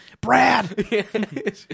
Brad